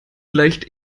gleicht